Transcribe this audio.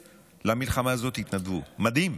במלחמה הזאת התנדבו 50,000, מדהים,